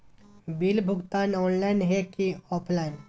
Bill भुगतान online है की ऑफलाइन?